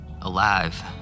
alive